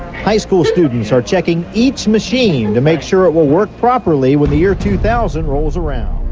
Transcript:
high school students are checking each machine to make sure it will work properly when the year two thousand rolls around.